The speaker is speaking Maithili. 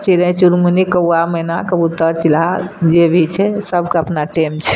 चिड़य चुनमुनी कौआ मैना कबूतर चिलार जे भी छै सबके अपना टाइम छै